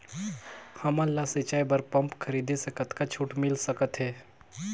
हमन ला सिंचाई बर पंप खरीदे से कतका छूट मिल सकत हे?